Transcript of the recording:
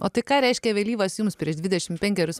o tai ką reiškia vėlyvas jums prieš dvidešim penkerius